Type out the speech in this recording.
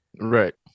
Right